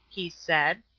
he said.